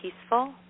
peaceful